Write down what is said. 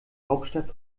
hauptstadt